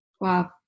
wow